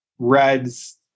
reds